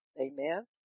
amen